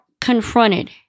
confronted